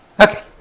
Okay